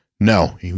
No